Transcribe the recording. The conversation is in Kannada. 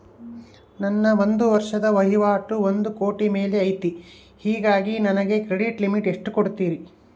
ನನ್ನ ಒಂದು ವರ್ಷದ ವಹಿವಾಟು ಒಂದು ಕೋಟಿ ಮೇಲೆ ಐತೆ ಹೇಗಾಗಿ ನನಗೆ ಕ್ರೆಡಿಟ್ ಲಿಮಿಟ್ ಎಷ್ಟು ಕೊಡ್ತೇರಿ?